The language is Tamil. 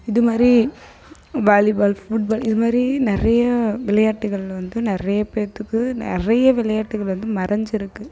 இது மாதிரி வாலி பால் ஃபுட்பால் இது மாதிரி நிறையா விளையாட்டுகள் வந்து நிறைய பேர்த்துக்கு நிறைய விளையாட்டுகள் வந்து மறைஞ்சிருக்கு